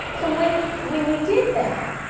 so when when you did that,